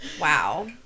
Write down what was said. Wow